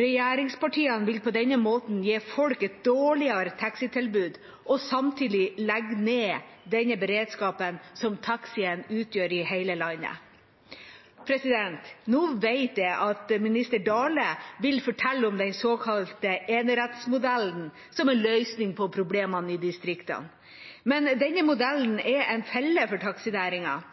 Regjeringspartiene vil på denne måten gi folk et dårligere taxitilbud og samtidig legge ned den beredskapen som taxien utgjør i hele landet. Nå vet jeg at minister Dale vil fortelle om den såkalte enerettsmodellen som en løsning på problemene i distriktene. Men denne modellen er en felle for